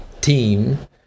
team